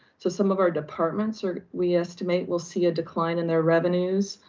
so some of our departments are, we estimate will see a decline in their revenues.